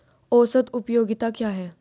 औसत उपयोगिता क्या है?